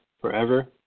forever